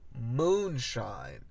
moonshine